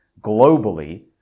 globally